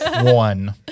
One